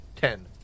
Ten